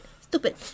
Stupid